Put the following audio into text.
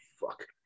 fuck